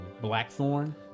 Blackthorn